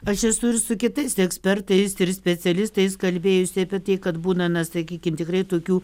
aš esu ir su kitais ekspertais ir specialistais kalbėjusi apie tai kad būna na sakykim tikrai tokių